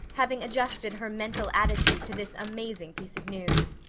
having adjusted her mental attitude to this amazing piece of news.